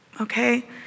okay